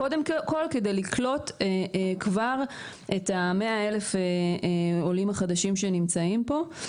קודם כל כדי כבר לקלוט את 100 אלף העולים החדשים שנמצאים פה.